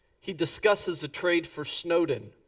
he discusses a trade for snowden.